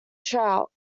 trout